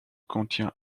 contient